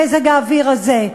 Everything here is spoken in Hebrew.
במזג האוויר הזה?